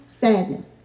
sadness